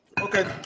Okay